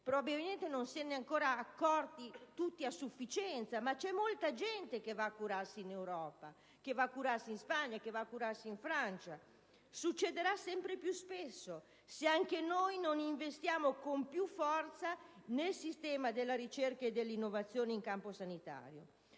Probabilmente non se ne sono ancora accorti tutti a sufficienza, ma c'è molta gente che va a curarsi in altri Paesi europei, come la Spagna o la Francia; questo succederà sempre più spesso, se anche noi non investiremo con più forza nel sistema della ricerca e dell'innovazione in campo sanitario.